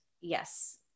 yes